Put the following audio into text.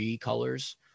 colors